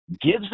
gives